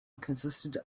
consisted